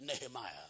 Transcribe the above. Nehemiah